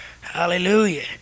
hallelujah